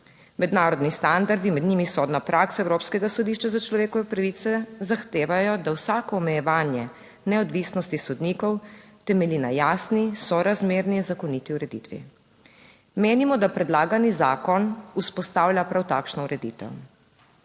Mednarodni standardi, med njimi sodna praksa Evropskega sodišča za človekove pravice, zahtevajo, 8. TRAK: (NB) – 9.35 (Nadaljevanje) da vsako omejevanje neodvisnosti sodnikov temelji na jasni, sorazmerni in zakoniti ureditvi. Menimo, da predlagani zakon vzpostavlja prav takšno ureditev.